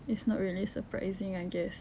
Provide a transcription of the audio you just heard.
it's not really surprising I guess